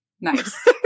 Nice